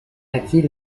acquis